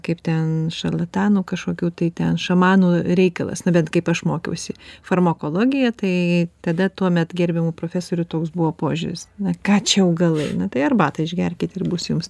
kaip ten šarlatanų kažkokių tai ten šamanų reikalas na bent kaip aš mokiausi farmakologija tai tada tuomet gerbiamų profesorių toks buvo požiūris ne ką čia augalai na tai arbatą išgerkit ir bus jums